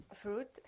Fruit